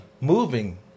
Moving